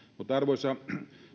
arvoisa